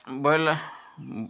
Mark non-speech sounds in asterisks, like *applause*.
*unintelligible*